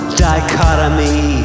dichotomy